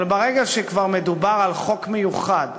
אבל ברגע שכבר מדובר על חוק מיוחד,